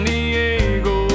Diego